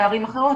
החריג.